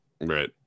Right